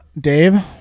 Dave